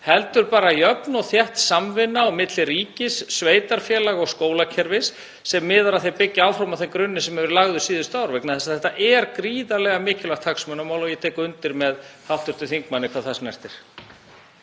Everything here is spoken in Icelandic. heldur bara jöfn og þétt samvinna á milli ríkis, sveitarfélaga og skólakerfis sem miðar að því að byggja áfram á þeim grunni sem hefur verð lagður síðustu ár. Þetta er gríðarlega mikilvægt hagsmunamál og ég tek undir með hv. þingmanni hvað það snertir.